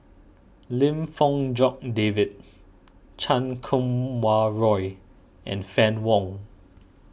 Lim Fong Jock David Chan Kum Wah Roy and Fann Wong